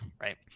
right